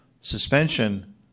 suspension